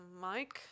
Mike